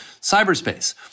cyberspace